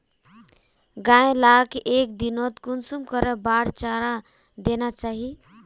गाय लाक एक दिनोत कुंसम करे बार चारा देना चही?